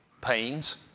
pains